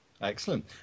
Excellent